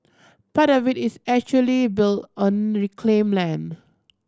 part of it is actually built on reclaimed land